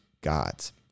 gods